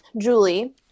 Julie